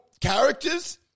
characters